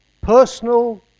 personal